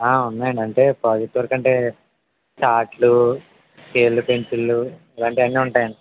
ఉన్నాయండి అంటే project work అంటే చార్ట్లు స్కేళ్ళు పెన్సిళ్ళు ఇలాంటివన్నీ ఉంటాయండి